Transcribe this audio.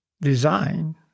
design